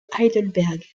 heidelberg